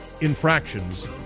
infractions